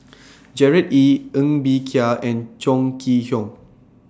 Gerard Ee Ng Bee Kia and Chong Kee Hiong